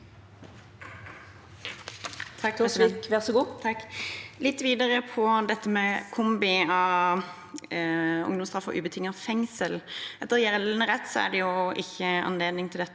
Litt vide- re på dette med kombinasjon av ungdomsstraff og ubetinget fengsel: Etter gjeldende rett er det ikke anledning til dette,